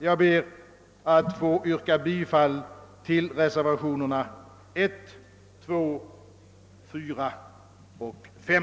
Jag ber att få yrka bifall till reservationerna 1, 2, 5 och 6.